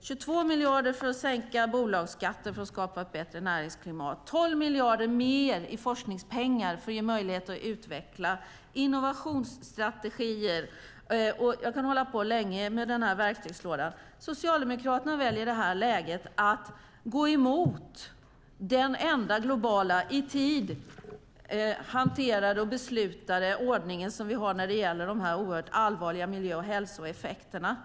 22 miljarder på att sänka bolagsskatten för att skapa ett bättre näringsklimat och 12 miljarder mer i forskningspengar för att ge möjlighet att utveckla innovationsstrategier, och jag kan hålla på länge och räkna upp vad som finns i den här verktygslådan. Socialdemokraterna väljer i det läget att gå emot den enda globala, i tid hanterade och beslutade ordningen som finns när det gäller de här oerhört allvarliga miljö och hälsoeffekterna.